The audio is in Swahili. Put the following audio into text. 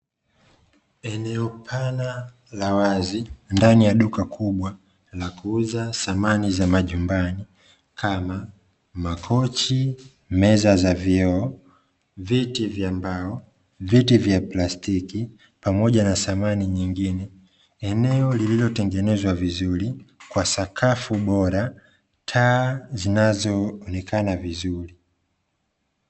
Eneo pana la wazi, ndani ya duka kubwa la kuuza samani za majumbani, kama: makochi, meza za vioo, viti vya mbao, viti vya plastiki, pamoja na samani nyingine. Eneo lililotengenezwa vizuri kwa sakafu bora, taa zinazoonekana vizuri.